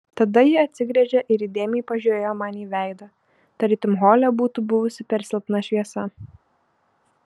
tada ji atsigręžė ir įdėmiai pažiūrėjo man į veidą tarytum hole būtų buvusi per silpna šviesa